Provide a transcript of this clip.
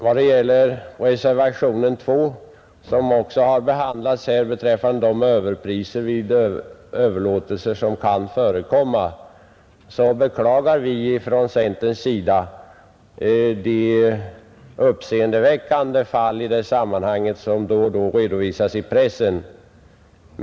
Vad gäller reservationen 2 beträffande de överpriser som kan förekomma vid överlåtelser beklagar vi från centerpartiet de uppseendeväckande fall som då och då redovisas i pressen.